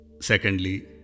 Secondly